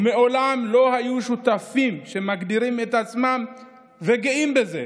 ומעולם לא היו שותפים שמגדירים את עצמם וגאים בזה